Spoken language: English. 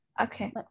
Okay